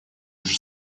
уже